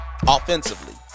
offensively